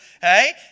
Hey